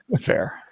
fair